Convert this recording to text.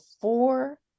four